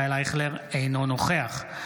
אינו נוכח ישראל אייכלר,